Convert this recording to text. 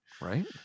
Right